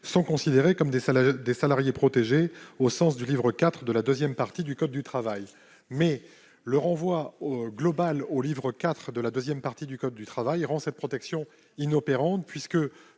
sont considérés comme des salariés protégés au sens du livre IV de la deuxième partie du code du travail. » Cependant, ce renvoi global à cette division du code du travail rend cette protection inopérante,